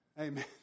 Amen